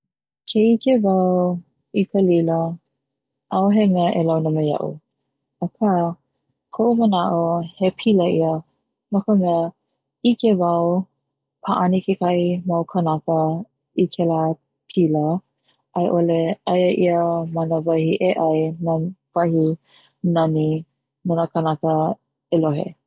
Ke ʻike wau i ka lila ʻaʻohe mea e launa me iaʻu aka koʻu manaʻo he pila ia no ka mea ʻike wau paʻani kekahi mau kanaka i kela pila aʻiʻole aia ia ma na wahi e ʻai na wahi nani nona kanaka e lohe ai.